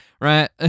right